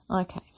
Okay